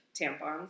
tampons